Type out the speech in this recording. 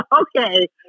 Okay